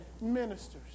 ministers